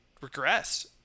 regressed